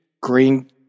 Green